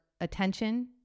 attention